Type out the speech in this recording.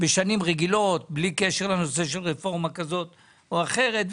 בשנים רגילות בלי קשר לנושא של רפורמה כזאת או אחרת,